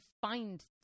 find